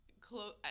close